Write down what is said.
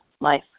life